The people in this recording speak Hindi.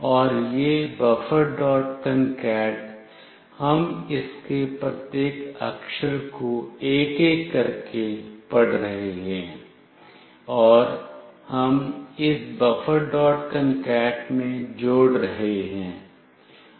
और यह bufferconcat हम इसके प्रत्येक अक्षर को एक एक करके पढ़ रहे हैं और हम इस bufferconcat में जोड़ रहे हैं